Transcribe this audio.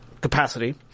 capacity